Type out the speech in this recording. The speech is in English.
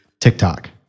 TikTok